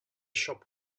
shop